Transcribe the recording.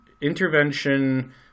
intervention